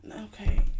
Okay